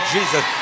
Jesus